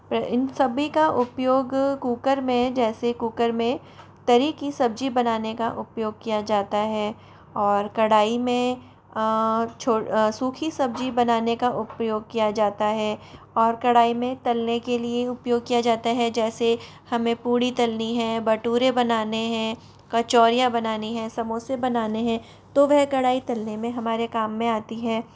इन सभी का उपयोग कुकर में जैसे कुकर में तरी की सब्जी बनाने का उपयोग किया जाता है और कढ़ाई में सूखी सब्जी बनाने का उपयोग किया जाता है और कढ़ाई में तलने के लिए उपयोग किया जाता है जैसे हमें पूड़ी तलनी है भटूरे बनाने हैं कचोरियाँ बनानी है समोसे बनाने हैं तो वह कढ़ाई तलने में हमारे काम में आती है